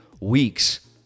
weeks